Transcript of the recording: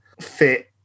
fit